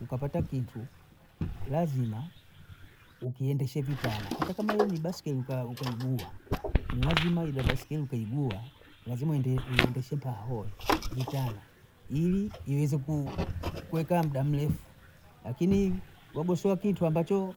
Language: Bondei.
Ukapata kintu lazima ukiendeshe vitana, hata kama we ni baiskeli ukaigua ni lazima ile baiskeli ukaigua lazima uiendeshe mpaho vitana ili ieze kuekaa muda mrefu, akini wagosowa kitu ambacho